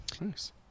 nice